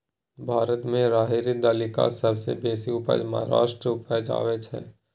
भारत मे राहरि दालिक सबसँ बेसी उपजा महाराष्ट्र उपजाबै छै